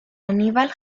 aníbal